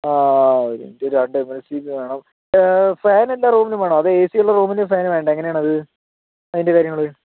ആ ഒരു മിനിറ്റ് രണ്ട് എം എൽ സി ബി വേണം ഫാൻ എല്ലാ റൂമിലും വേണോ അതോ എ സിയുള്ള റൂമിൽ ഫാൻ വേണ്ടേ എങ്ങനെയാണത് അതിൻ്റെ കാര്യങ്ങൾ